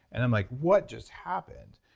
and i'm like, what just happened?